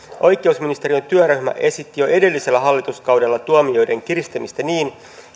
oikeusministeriön työryhmä esitti jo edellisellä hallituskaudella tuomioiden kiristämistä niin